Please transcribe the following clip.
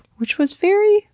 which was very,